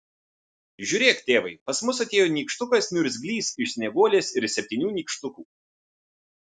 žiūrėk tėvai pas mus atėjo nykštukas niurzglys iš snieguolės ir septynių nykštukų